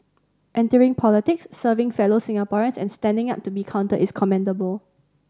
entering politics serving fellow Singaporeans and standing up to be counted is commendable